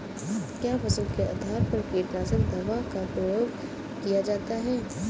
क्या फसल के आधार पर कीटनाशक दवा का प्रयोग किया जाता है?